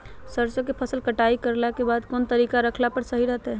सरसों के फसल कटाई करला के बाद कौन तरीका से रखला पर सही रहतय?